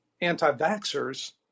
anti-vaxxers